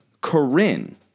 Corinne